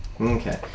Okay